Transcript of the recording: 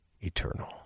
eternal